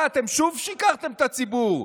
אתם שוב שיקרתם לציבור,